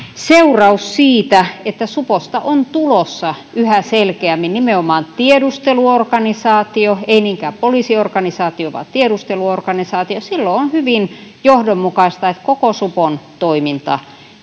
seuraus siitä, että suposta on tulossa yhä selkeämmin nimenomaan tiedusteluorganisaatio, ei niinkään poliisiorganisaatio, vaan tiedusteluorganisaatio. Silloin on hyvin johdonmukaista, että koko supon toiminta